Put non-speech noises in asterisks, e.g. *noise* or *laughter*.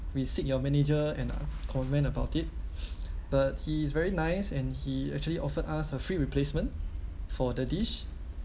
we seek your manager and uh comment about it *breath* but he's very nice and he actually offered us a free replacement for the dish